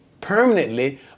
permanently